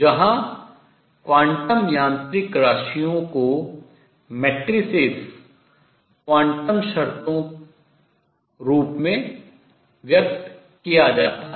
जहां क्वांटम यांत्रिक राशियों को मैट्रिसेस क्वांटम शर्तों रूप में व्यक्त किया जाता है